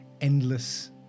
endless